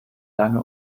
lange